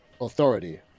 Authority